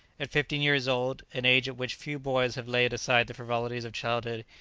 at fifteen years old, an age at which few boys have laid aside the frivolities of childhood,